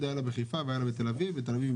נגיד שהיה לה בחיפה ובתל אביב,